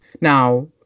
Now